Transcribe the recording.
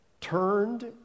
turned